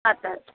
আচ্ছা আচ্ছা